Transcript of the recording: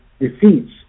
defeats